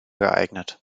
geeignet